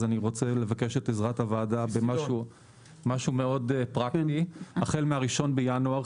אז אני רוצה לבקש את עזרת הוועדה במשהו פרקטי מאוד: החל מ-1 בינואר,